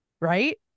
right